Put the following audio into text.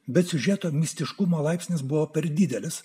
bet siužeto mistiškumo laipsnis buvo per didelis